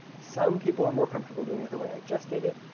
some people are more comfortable doing it the way i just did it.